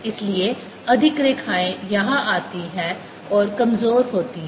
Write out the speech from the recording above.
इसलिए अधिक रेखाएं यहां आती हैं और कमजोर होती हैं